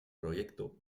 proyecto